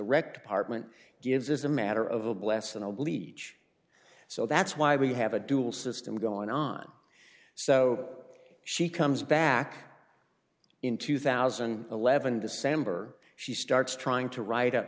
wrecked apartment gives is a matter of a blessin i believe each so that's why we have a dual system going on so she comes back in two thousand and eleven december she starts trying to write up